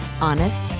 honest